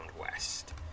West